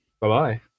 Bye-bye